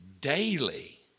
daily